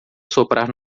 soprar